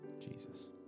Jesus